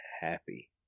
happy